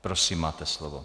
Prosím, máte slovo.